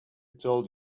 told